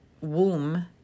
womb